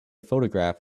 photograph